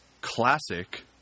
classic